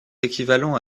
équivalent